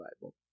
Bible